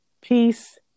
peace